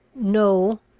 no.